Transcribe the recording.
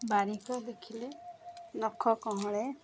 ବାରିକ ଦେଖିଲେ ନଖ କଅଁଳେ